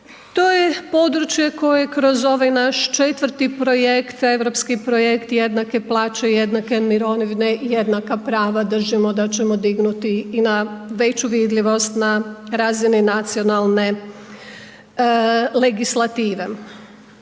To je područje koje kroz ovaj naš 4. projekt, europski projekt jednake plaće, jednake mirovine, jednaka prava. Držimo da ćemo dignuti na veći vidljivost na razini nacionalne legislative.